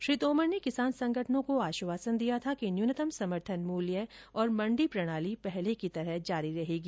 श्री तोमर ने किसान संगठनों को आश्वासन दिया था कि न्यूनतम समर्थन मूल्य और मंडी प्रणाली पहले की तरह जारी रहेगी